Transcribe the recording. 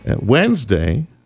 Wednesday